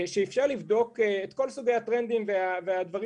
שאיפשר לבדוק את כל סוגי הטרנדים והדברים